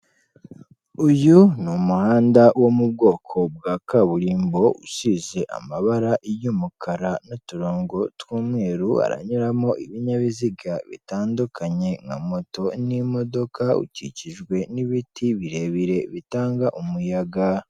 Uyu ni umuhanda wo mu bwoko bwa kaburimbo usize amabara y'umukara n'uturongo tw'umweru, haranyuramo ibinyabiziga bitandukanye nka moto n'imodoka, ukikijwe n'ibiti birebire bitanga umuyaga.